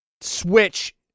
Switch